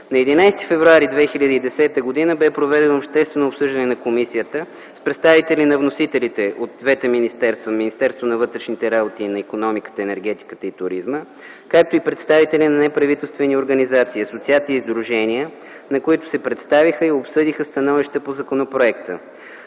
На 11 февруари т.г. бе проведено обществено обсъждане на комисията с представители на вносителите от МВР и Министерството на икономиката, енергетиката и туризма, както и представители на неправителствени организации, асоциации и сдружения, на което се представиха и обсъдиха становища по законопроекта.